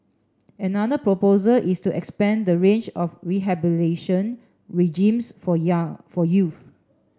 another proposal is to expand the range of regimes for young for youths